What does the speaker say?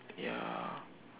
ya